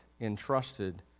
entrusted